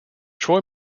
troy